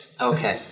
Okay